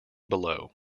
below